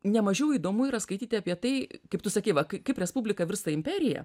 nemažiau įdomu yra skaityti apie tai kaip tu sakei va kaip respublika virsta imperija